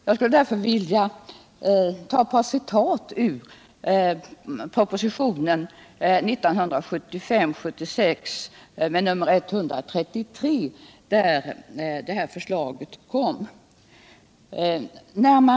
Jag skulle därför vilja citera ett par ställen i propositionen 1975/76:133 där det här förslaget lades fram.